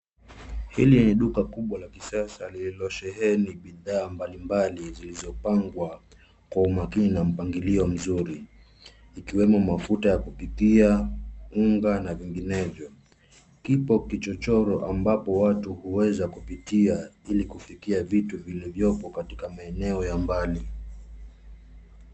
Hili ni duka kubwa la kisasa lililosheheni bidhaa mbalimbali zilizopangwa kwa umakini na mpangilio mzuri ikiwemo mafuta ya kupikia, unga na vinginevyo. Kipo kichochoro ambapo watu huweza kupitia ili kufikia vitu vilivyopo katika maeneo ya mbali.